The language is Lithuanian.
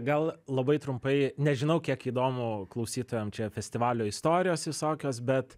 gal labai trumpai nežinau kiek įdomu klausytojam čia festivalio istorijos visokios bet